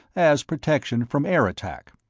as protection from air attack.